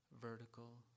vertical